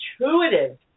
intuitive